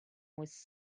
was